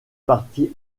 parties